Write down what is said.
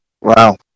Wow